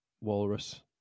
walrus